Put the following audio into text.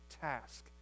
task